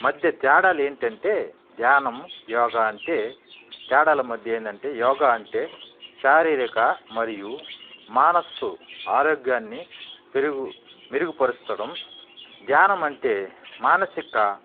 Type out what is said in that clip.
మధ్య తేడాలు ఏమిటి అంటే ధ్యానము యోగా అంటే తేడాల మధ్య ఏమిటి అంటే యోగా అంటే శారీరక మరియు మనసు ఆరోగ్యాన్ని మెరుగుపరచడం ధ్యానం అంటే మానసిక